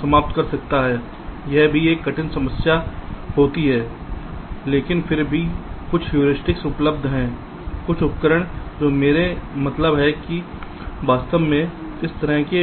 समाप्त कर सकता है यह भी एक कठिन समस्या साबित होती है लेकिन फिर भी कुछ हेयुरिस्टिक उपलब्ध हैं कुछ उपकरण जो मेरा मतलब है कि वास्तव में इस तरह की